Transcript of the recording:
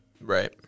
Right